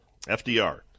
FDR